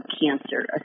cancer